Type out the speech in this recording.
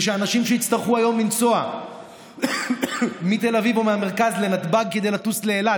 ואנשים שיצטרכו היום לנסוע מתל אביב או מהמרכז לנתב"ג כדי לטוס לאילת,